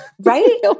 right